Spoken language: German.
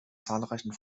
zahlreichen